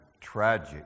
tragic